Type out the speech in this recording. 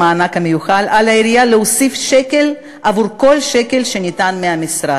על העירייה להוסיף שקל עבור כל שקל שניתן מהמשרד.